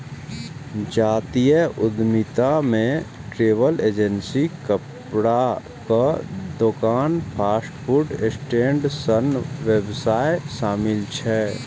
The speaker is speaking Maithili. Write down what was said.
जातीय उद्यमिता मे ट्रैवल एजेंसी, कपड़ाक दोकान, फास्ट फूड स्टैंड सन व्यवसाय शामिल छै